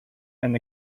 and